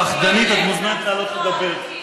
פחדנית, את מוזמנת לעלות לדבר.